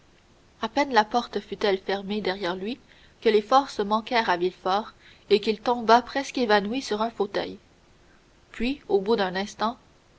à peine la porte fut-elle refermée derrière lui que les forces manquèrent à villefort et qu'il tomba presque évanoui sur un fauteuil puis au bout d'un instant